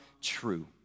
true